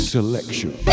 Selection